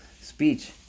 speech